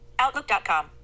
Outlook.com